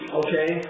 okay